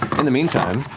um the meantime,